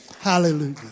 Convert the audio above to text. Hallelujah